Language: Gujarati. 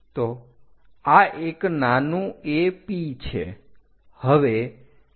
તો આ એક નાનું એ P છે